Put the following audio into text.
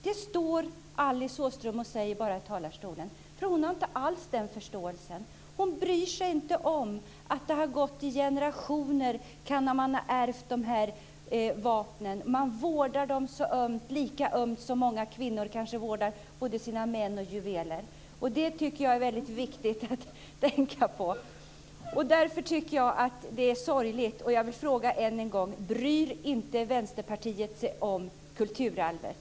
Det säger Alice Åström bara i talarstolen. Hon har inte alls den förståelsen. Hon bryr sig inte om att man kan ha ärvt de här vapnen i generationer. Man vårdar dem så ömt, lika ömt som många kvinnor vårdar sina män och juveler. Jag tycker att det är väldigt viktigt att tänka på det. Jag tycker att det är sorgligt. Jag vill fråga än en gång: Bryr inte Vänsterpartiet sig om kulturarvet?